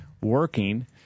working